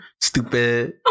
Stupid